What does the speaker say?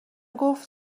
گفت